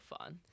fun